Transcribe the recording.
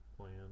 plan